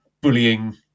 bullying